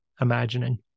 imagining